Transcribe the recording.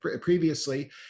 previously